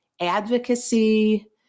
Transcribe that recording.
advocacy